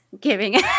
Giving